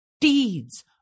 Deeds